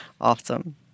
Awesome